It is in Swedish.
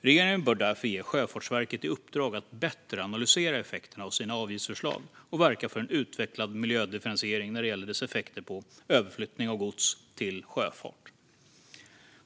Regeringen bör därför ge Sjöfartsverket i uppdrag att bättre analysera effekterna av sina avgiftsförslag och verka för en utvecklad miljödifferentiering när det gäller dess effekter på överflyttning av gods till sjöfart.